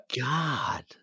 God